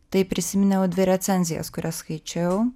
tai prisiminiau dvi recenzijas kurias skaičiau